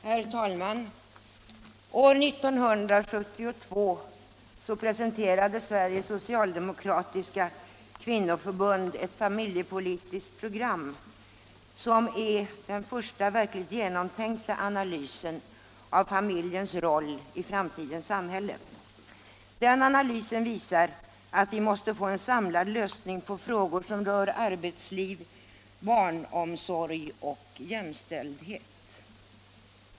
Herr talman! År 1972 presenterade Sveriges socialdemokratiska kvinnoförbund ett familjepolitiskt program, som är den första verkligt genomtänkta analysen av familjens roll i framtidens samhälle. Den analysen visar att vi måste få en samlad lösning på frågor som rör arbetsliv, barnomsorg och jämställdhet.